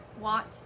want